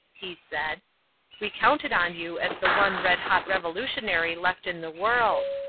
he said we counted on you as the one red-hot revolutionary left in the world.